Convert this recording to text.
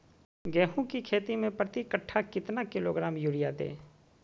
गेंहू की खेती में प्रति कट्ठा कितना किलोग्राम युरिया दे?